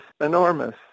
enormous